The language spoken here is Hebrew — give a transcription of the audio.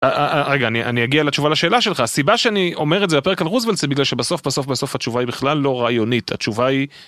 רגע, אני אגיע לתשובה לשאלה שלך, הסיבה שאני אומר את זה בפרק על רוזוולט זה בגלל שבסוף בסוף בסוף התשובה היא בכלל לא רעיונית התשובה היא...